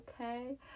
okay